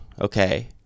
okay